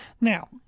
Now